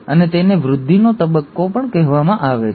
અને તેને વૃદ્ધિનો પ્રથમ તબક્કો પણ કહેવામાં આવે છે